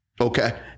Okay